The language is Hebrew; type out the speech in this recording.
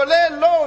כולל לא,